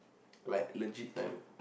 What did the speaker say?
like legit time